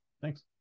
thanks